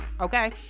okay